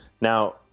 Now